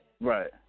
Right